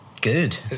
Good